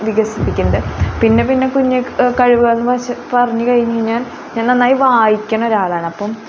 വികസിപ്പിക്കുന്നത് പിന്നെ പിന്നെ കുഞ്ഞു കഴിവുകളെന്ന് വെച്ച് പറഞ്ഞ് കഴിഞ്ഞാൽ ഞാൻ നന്നായിട്ട് വായിക്കുന്ന ഒരാളാണ് അപ്പം